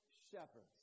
shepherds